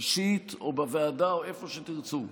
אישית, בוועדה או איפה שתרצו,